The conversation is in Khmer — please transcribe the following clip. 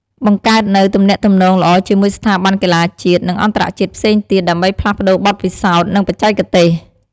បង្កើតនូវ ទំនាក់ទំនងល្អ ជាមួយស្ថាប័នកីឡាជាតិ និងអន្តរជាតិផ្សេងទៀត ដើម្បីផ្លាស់ប្តូរបទពិសោធន៍ និងបច្ចេកទេស។